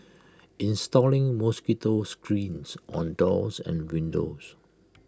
installing mosquito screens on doors and windows